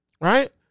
right